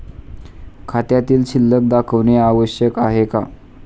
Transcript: खात्यातील शिल्लक दाखवणे आवश्यक आहे का?